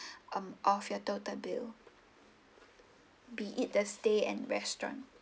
um off your total bill be it the stay and restaurant